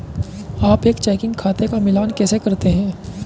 आप एक चेकिंग खाते का मिलान कैसे करते हैं?